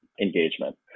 engagement